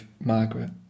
Margaret